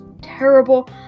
terrible